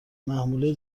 محموله